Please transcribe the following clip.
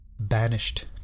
banished